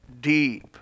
deep